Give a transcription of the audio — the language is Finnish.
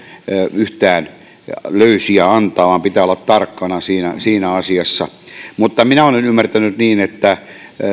yhtään löysiä antaa vaan pitää olla tarkkana siinä siinä asiassa mutta minä olen ymmärtänyt niin että